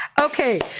Okay